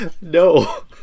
No